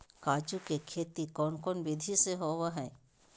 काजू के खेती कौन कौन विधि से होबो हय?